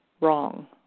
wrong